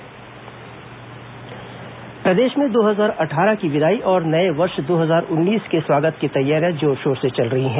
नव वर्ष बधाई प्रदेश में दो हजार अट्ठारह की विदाई और नए वर्ष दो हजार उन्नीस के स्वागत की तैयारियां जोर शोर से चल रही हैं